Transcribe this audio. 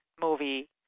movie